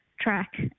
track